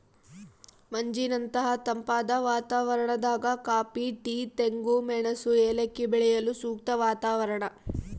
ಮಂಜಿನಂತಹ ತಂಪಾದ ವಾತಾವರಣದಾಗ ಕಾಫಿ ಟೀ ತೆಂಗು ಮೆಣಸು ಏಲಕ್ಕಿ ಬೆಳೆಯಲು ಸೂಕ್ತ ವಾತಾವರಣ